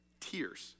Tears